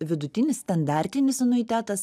vidutinis standartinis anuitetas